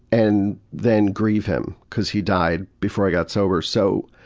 and then grieve him, cause he died before i got sober. so,